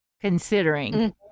considering